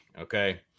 Okay